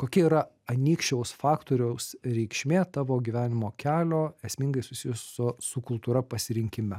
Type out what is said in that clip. kokia yra anykščiaus faktoriaus reikšmė tavo gyvenimo kelio esmingai susijus su su kultūra pasirinkime